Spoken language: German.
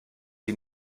die